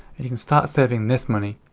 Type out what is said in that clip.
and you can start saving this money.